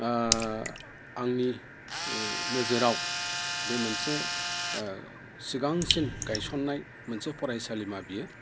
आंनि नोजोराव बे मोनसे सिगांसिन गायसननाय मोनसे फरायसालिमा बेयो